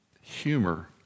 humor